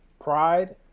pride